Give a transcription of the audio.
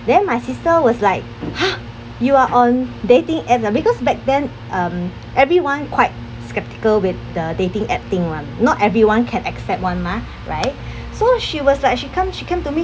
then my sister was like !huh! you are on dating app ah because back then um everyone quite sceptical with the dating app thing [one] not everyone can accept [one] mah right so she was like she come she come to me